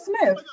Smith